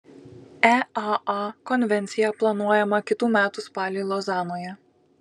eaa konvencija planuojama kitų metų spalį lozanoje